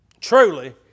truly